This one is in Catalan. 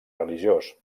religiós